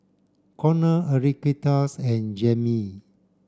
Conner Enriqueta's and Jaimee